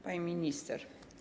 Pani Minister!